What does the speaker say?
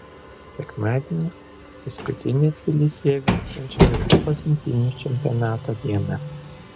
sekmadienis paskutinė tbilisyje vykstančio europos imtynių čempionato diena